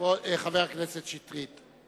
חבר הכנסת שטרית.